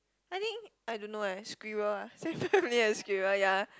I think I don't know eh squirrel ah definitely a squirrel ya